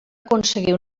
aconseguir